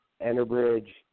Enterbridge